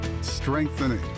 strengthening